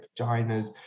vaginas